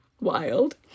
Wild